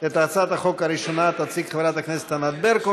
את הצעת החוק הראשונה תציג חברת הכנסת ענת ברקו,